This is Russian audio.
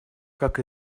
как